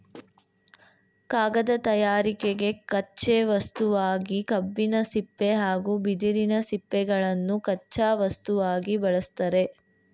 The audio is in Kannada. ಕಾಗದ ತಯಾರಿಕೆಗೆ ಕಚ್ಚೆ ವಸ್ತುವಾಗಿ ಕಬ್ಬಿನ ಸಿಪ್ಪೆ ಹಾಗೂ ಬಿದಿರಿನ ಸಿಪ್ಪೆಗಳನ್ನು ಕಚ್ಚಾ ವಸ್ತುವಾಗಿ ಬಳ್ಸತ್ತರೆ